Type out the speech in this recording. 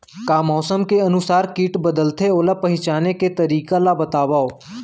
का मौसम के अनुसार किट बदलथे, ओला पहिचाने के तरीका ला बतावव?